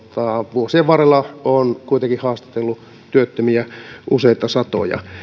vuosien varrella olen kuitenkin haastatellut työttömiä useita satoja